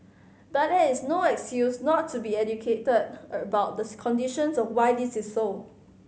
but that is no excuse not to be educated about the conditions of why this is so